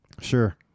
Sure